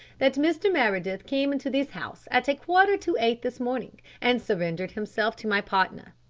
that mr. meredith came into this house at a quarter to eight this morning, and surrendered himself to my partner.